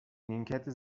نیمکت